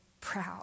proud